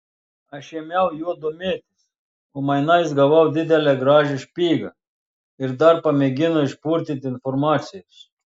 aš ėmiau juo domėtis o mainais gavau didelę gražią špygą ir dar pamėgino išpurtyti informacijos